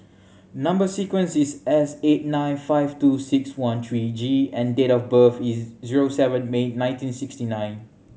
number sequence is S eight nine five two six one three G and date of birth is zero seven May nineteen sixty nine